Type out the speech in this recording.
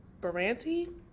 Baranti